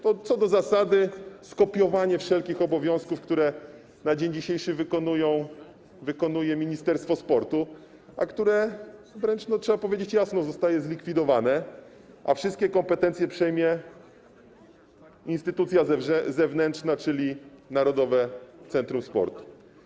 To, co do zasady, skopiowanie wszelkich obowiązków, które na dzień dzisiejszy wykonuje Ministerstwo Sportu, a które wręcz, trzeba powiedzieć jasno, zostaje zlikwidowane, a wszystkie kompetencje przejmie instytucja zewnętrzna, czyli Narodowe Centrum Sportu.